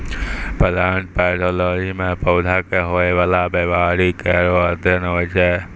plant pathology म पौधा क होय वाला बीमारी केरो अध्ययन होय छै